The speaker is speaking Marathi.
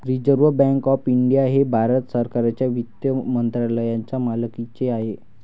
रिझर्व्ह बँक ऑफ इंडिया हे भारत सरकारच्या वित्त मंत्रालयाच्या मालकीचे आहे